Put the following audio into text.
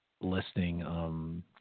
listing